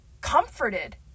comforted